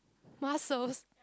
muscles